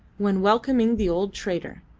when welcoming the old trader.